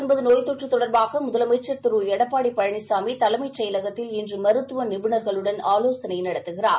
தொற்று நோய் தொடர்பாக முதலமைச்சர் திருளடப்பாடி பழனிசாமி தலைமைச் செயலகத்தில் இன்று மருத்துவ நிபுணர்களுடன் ஆலோசனை நடத்துகிறார்